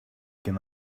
can